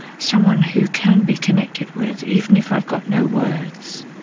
someone who can be connected with, even if i've got no words.